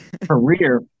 career